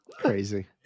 Crazy